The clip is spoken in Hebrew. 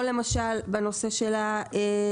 כמו, למשל, בנושא של הערבויות.